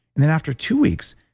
and then after two weeks,